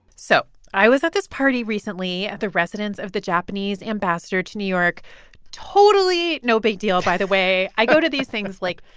so i was at this party recently at the residence of the japanese ambassador to new york totally no big deal, by the way. i go to these things, like,